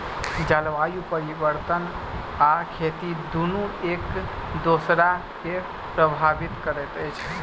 जलवायु परिवर्तन आ खेती दुनू एक दोसरा के प्रभावित करैत अछि